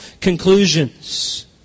conclusions